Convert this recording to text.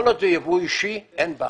כל עוד זה יבוא אישי, אין בעיה.